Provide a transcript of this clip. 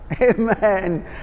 Amen